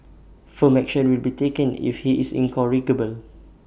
firm action will be taken if he is incorrigible